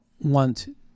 want